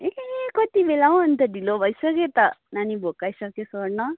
ए कति बेला हौ अन्त ढिलो भइसक्यो त नानी भोकाइसक्यो स्वर्ण